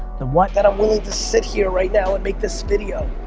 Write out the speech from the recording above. the what. that i'm willing to sit here right now and make this video,